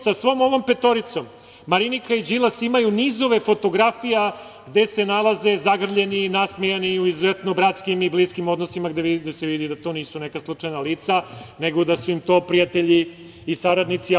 Sa svom ovom petoricom, Marinika i Đilas imaju nizove fotografija gde se nalaze zagrljeni, nasmejani u izuzetno bratskim i bliskim odnosima gde se vidi da to nisu neka slučajna lica, nego da su im to prijatelji i saradnici.